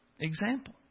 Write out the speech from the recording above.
example